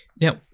Now